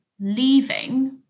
leaving